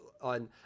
on